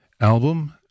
album